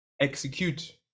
execute